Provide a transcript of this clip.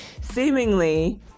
Seemingly